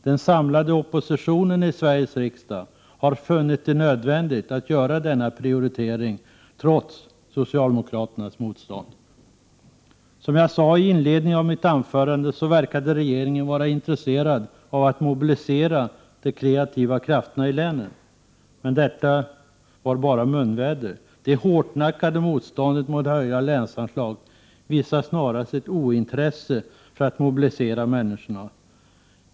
Den samlade oppositionen i Sveriges riksdag har funnit det nödvändigt att göra denna prioritering, trots socialdemokraternas motstånd. Som jag sade i inledningen av mitt anförande verkade regeringen vara intresserad av att mobilisera de kreativa krafterna i länen. Men detta var bara munväder. Det hårdnackade motståndet mot höjda länsanslag visar snarast ett ointresse för att mobilisera människorna.